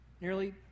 nearly